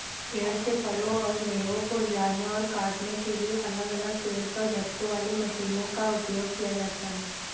पेड़ से फलों और मेवों को हिलाने और काटने के लिए अलग अलग पेड़ पर झटकों वाली मशीनों का उपयोग किया जाता है